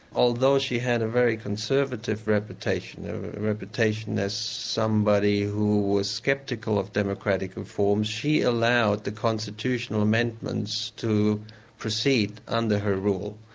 although she had a very conservative reputation, a reputation as somebody who was sceptical of democratic reform, she allowed the constitutional amendments to proceed under her rule,